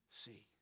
see